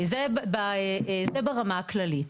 זה ברמה הכללית.